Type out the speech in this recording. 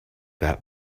that